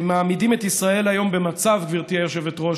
שמעמידים את ישראל היום, גברתי היושבת-ראש,